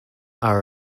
are